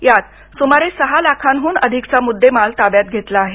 यात सुमारे सहा लाखांहून अधिकचा मुद्देमाल ताब्यात घेतला आहे